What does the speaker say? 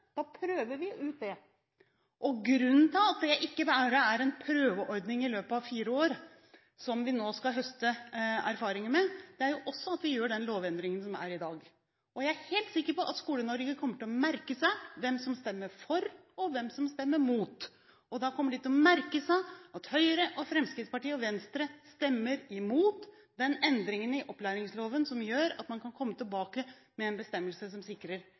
da prøver vi ut det. Grunnen til at det ikke bare er en prøveordning i løpet av fire år som vi nå skal høste erfaringer med, er også at vi gjør denne lovendringen i dag. Jeg er helt sikker på at Skole-Norge kommer til å merke seg hvem som stemmer for, og hvem som stemmer imot. Da kommer de til å merke seg at Høyre og Fremskrittspartiet og Venstre stemmer imot den endringen i opplæringsloven som gjør at man kan komme tilbake med en bestemmelse som sikrer